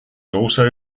also